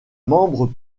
membres